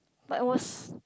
but it was